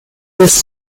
this